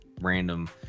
random